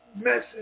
message